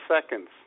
seconds